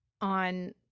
on